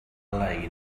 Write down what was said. lein